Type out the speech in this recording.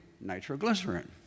nitroglycerin